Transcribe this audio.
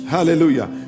Hallelujah